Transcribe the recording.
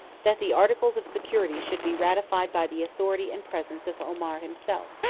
that the articles of security should be ratified by the authority and presence of omar himself.